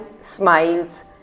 smiles